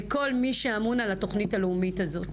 וכל מי שאמון על התוכנית הלאומית הזאת